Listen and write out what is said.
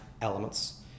elements